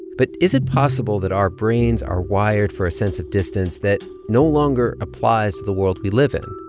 but is it possible that our brains are wired for a sense of distance that no longer applies to the world we live in?